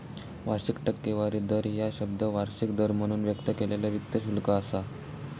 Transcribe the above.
वार्षिक टक्केवारी दर ह्या शब्द वार्षिक दर म्हणून व्यक्त केलेला वित्त शुल्क असा